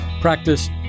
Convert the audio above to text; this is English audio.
practice